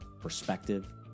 perspective